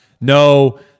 no